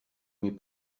mes